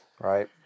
Right